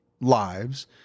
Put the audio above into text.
lives